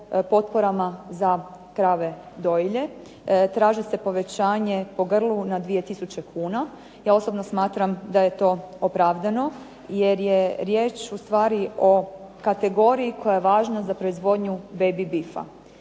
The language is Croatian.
potporama za krave dojilje. Traži se povećanje po grlu na 2000 kuna. Ja osobno smatram da je to opravdano jer je riječ ustvari o kategoriji koja je važna za proizvodnju baby beefa.